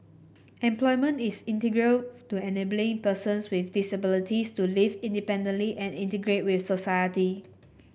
employment is integral to enabling persons with disabilities to live independently and integrate with society